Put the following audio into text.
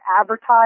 advertise